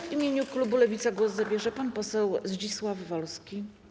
W imieniu klubu Lewica głos zabierze pan poseł Zdzisław Wolski.